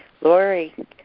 Lori